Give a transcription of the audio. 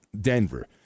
Denver